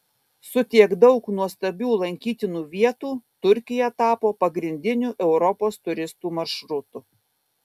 su tiek daug nuostabių lankytinų vietų turkija tapo pagrindiniu europos turistų maršrutu